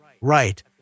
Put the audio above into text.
right